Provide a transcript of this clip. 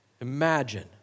imagine